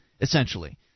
essentially